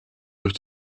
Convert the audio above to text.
durch